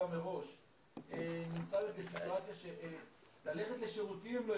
המקום מראש - לא יכולים ללכת לשירותים.